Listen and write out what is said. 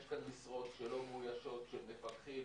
יש כאן משרות שלא מאוישות של מפקחים,